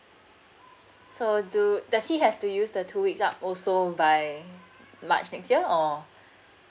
so do does he have to use the two weeks up also by march next year or